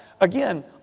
Again